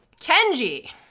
kenji